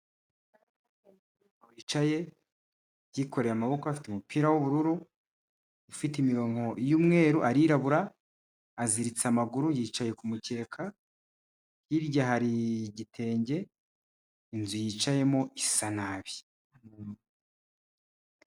Umuntu wicaye yikoreye amaboko afite umupira w'ubururu ufite imirongo y'umweru, arirabura, aziritse amaguru yicaye ku mukeka, hirya hari igitenge, inzu yicayemo isa nabi.